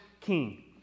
king